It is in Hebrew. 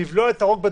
לבלוע את הרוק.